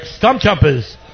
Stumpjumpers